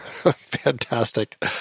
Fantastic